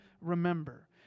remember